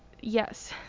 yes